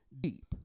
deep